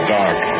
dark